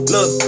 Look